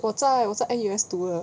我在我在 N_U_S 读的